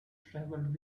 travelled